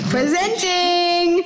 Presenting